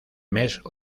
mes